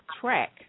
track